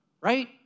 Right